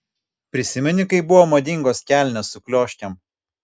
prisimeni kai buvo madingos kelnės su klioškėm